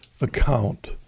account